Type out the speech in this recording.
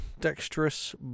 dexterous